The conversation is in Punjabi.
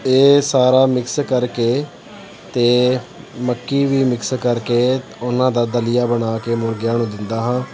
ਇਹ ਸਾਰਾ ਮਿਕਸ ਕਰਕੇ ਅਤੇ ਮੱਕੀ ਵੀ ਮਿਕਸ ਕਰਕੇ ਉਹਨਾਂ ਦਾ ਦਲੀਆ ਬਣਾ ਕੇ ਮੁਰਗਿਆਂ ਨੂੰ ਦਿੰਦਾ ਹਾਂ